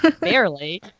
Barely